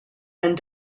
and